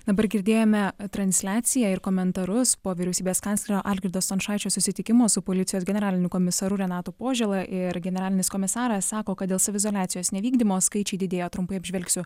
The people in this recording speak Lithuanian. dabar girdėjome transliaciją ir komentarus po vyriausybės kanclerio algirdo stončaičio susitikimo su policijos generaliniu komisaru renatu požėla ir generalinis komisaras sako kad dėl saviizoliacijos nevykdymo skaičiai didėja trumpai apžvelgsiu